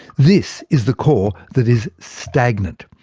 this is the core that is stagnant.